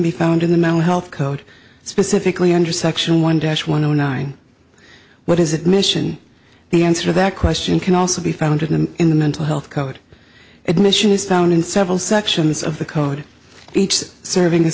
be found in the mental health code specifically under section one dash one zero nine what is it mission the answer that question can also be found him in the mental health code admission is found in several sections of the code each serving a